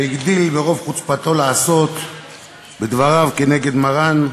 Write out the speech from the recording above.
והגדיל ברוב חוצפתו לעשות בדבריו כנגד מרן,